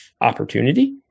opportunity